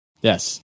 yes